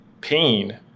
pain